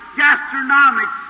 gastronomic